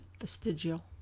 Vestigial